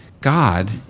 God